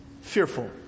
Fearful